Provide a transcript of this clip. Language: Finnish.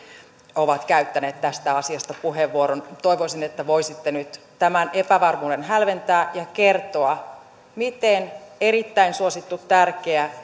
ovat käyttäneet tästä asiasta puheenvuoron toivoisin että voisitte nyt tämän epävarmuuden hälventää ja kertoa miten erittäin suosittu tärkeä